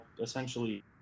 essentially